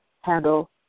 handle